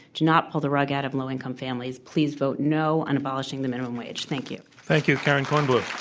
to not pull the rug out of low-income families. please vote no on abolishing the minimum wage. thank you. thank you, karen kornbluh.